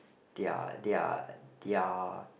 their their their